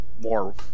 more